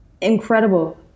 incredible